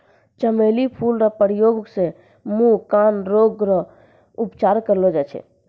चमेली फूल रो प्रयोग से मुँह, कान रोग रो उपचार करलो जाय छै